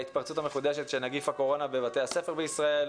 הוא ההתפרצות המחודשת של נגיף הקורונה בבתי הספר בישראל,